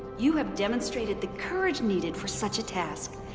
you have demonstrated the courage needed for such a task,